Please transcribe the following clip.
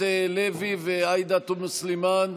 הכנסת לוי ועאידה תומא סלימאן,